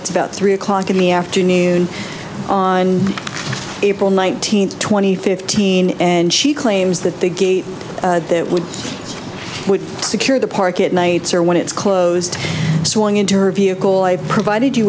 it's about three o'clock in the afternoon on april nineteenth twenty fifteen and she claims that the gate that would secure the park at nights or when it's closed swung into her vehicle i provided you